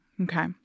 Okay